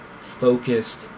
focused